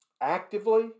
actively